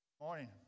Morning